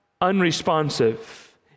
unresponsive